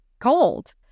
cold